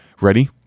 Ready